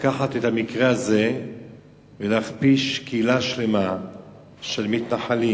לקחת את המקרה הזה ולהכפיש קהילה שלמה של מתנחלים